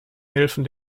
helfen